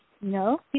No